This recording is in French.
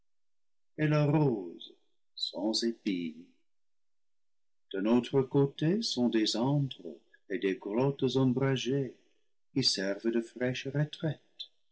épines d'un autre côté sont des antres et des grottes ombragées qui servent de fraîches retraites